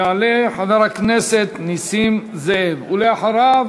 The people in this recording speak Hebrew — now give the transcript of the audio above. יעלה חבר הכנסת נסים זאב, ואחריו,